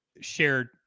shared